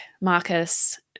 Marcus